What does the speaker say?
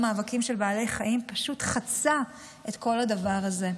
מאבקים של בעלי חיים פשוט חצו את כל הדבר הזה.